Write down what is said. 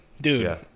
Dude